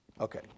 Okay